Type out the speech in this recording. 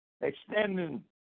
extending